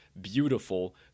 beautiful